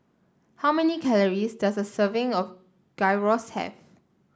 how many calories does a serving of Gyros have